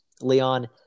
Leon